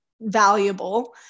valuable